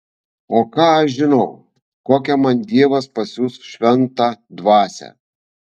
o ką aš žinau kokią man dievas pasiųs šventą dvasią